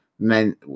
meant